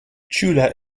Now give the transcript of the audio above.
chula